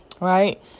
right